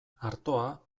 artoa